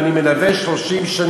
ואני מלווה את זה 30 שנה.